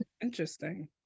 interesting